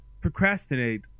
procrastinate